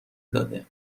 داده